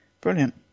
Brilliant